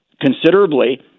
considerably